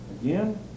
again